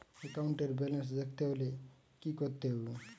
একাউন্টের ব্যালান্স দেখতে হলে কি করতে হবে?